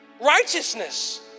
Righteousness